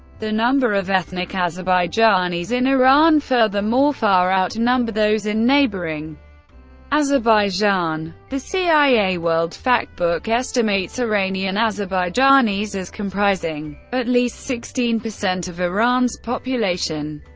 the number of ethnic azerbaijanis in iran furthermore far outnumber those in neighboring azerbaijan. the cia world factbook estimates iranian azerbaijanis as comprising at least sixteen percent of iran's population.